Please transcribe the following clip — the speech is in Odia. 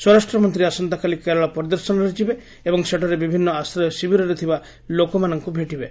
ସ୍ୱରାଷ୍ଟ୍ରମନ୍ତ୍ରୀ ଆସନ୍ତାକାଲି କେରଳ ପରିଦର୍ଶନରେ ଯିବେ ଏବଂ ସେଠାରେ ବିଭିନ୍ନ ଆଶ୍ରୟ ଶିବିରରେ ଥିବା ଲୋକମାନଙ୍କୁ ଭେଟିବେ